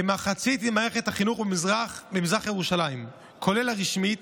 כמחצית ממערכת החינוך במזרח ירושלים, כולל הרשמית,